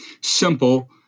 simple